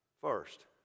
first